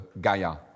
Gaia